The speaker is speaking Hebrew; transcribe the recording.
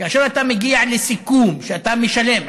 כאשר אתה מגיע לסיכום שאתה משלם,